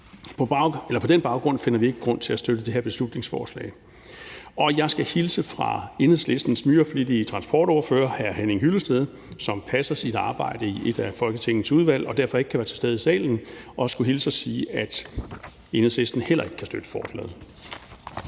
På den baggrund finder vi ikke grund til at støtte det her beslutningsforslag. Jeg skal hilse fra Enhedslistens myreflittige transportordfører, hr. Henning Hyllested, som passer sit arbejde i et af Folketingets udvalg og derfor ikke kan være til stede her i salen, og sige, at Enhedslisten heller ikke kan støtte forslaget.